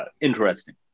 interesting